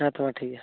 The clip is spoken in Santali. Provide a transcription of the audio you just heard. ᱦᱮᱛᱳ ᱢᱟ ᱴᱷᱤᱠ ᱜᱮᱭᱟ